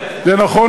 אלא אם